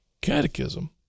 catechism